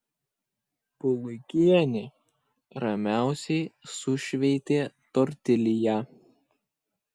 puluikienė ramiausiai sušveitė tortilją